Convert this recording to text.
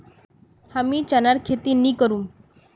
हमीं चनार खेती नी करुम